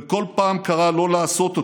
וכל פעם קרא לא לעשות אותה.